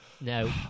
No